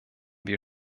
wir